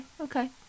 Okay